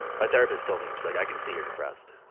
my therapist told, she was like, i can see you're depressed.